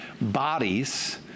bodies